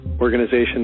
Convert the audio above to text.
organization